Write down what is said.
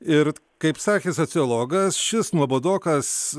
ir kaip sakė sociologas šis nuobodokas